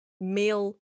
male